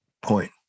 Point